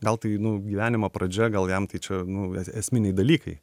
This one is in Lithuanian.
gal tai nu gyvenimo pradžia gal jam tai čia nu e esminiai dalykai